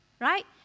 right